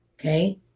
Okay